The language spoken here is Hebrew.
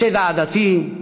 השד העדתי,